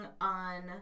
on